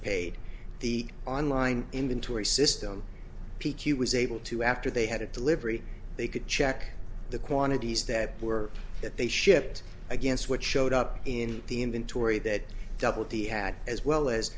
paid the online inventory system p q was able to after they had a delivery they could check the quantities that were that they shipped against what showed up in the inventory that doubled he had as well as